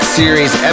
series